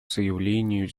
заявлению